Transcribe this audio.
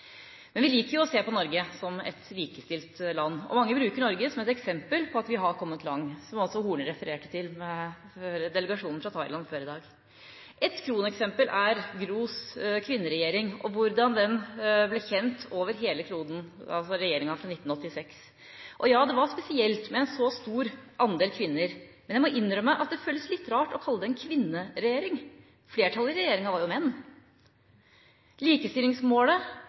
Men vi liker jo å se på Norge som et likestilt land, og mange bruker Norge som et eksempel på at vi har kommet langt, slik også representanten Horne refererte til med delegasjonen fra Thailand før i dag. Et kroneksempel er Gros kvinneregjering og hvordan den ble kjent over hele kloden – altså regjeringa fra 1986. Og ja, det var spesielt med en så stor andel kvinner, men jeg må innrømme at det føles litt rart å kalle det ei kvinneregjering. Flertallet i regjeringa var jo menn. Likestillingsmålet